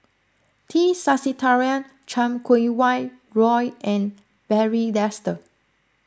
T Sasitharan Chan Kum Wah Roy and Barry Desker